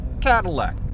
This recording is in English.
Cadillac